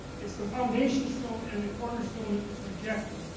it's the foundation stone and the cornerstone that was rejected.